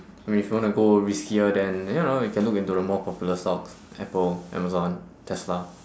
I mean if you wanna go riskier then you know you can look into the more popular stocks apple amazon tesla